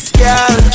girl